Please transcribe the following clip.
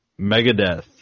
Megadeth